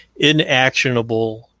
inactionable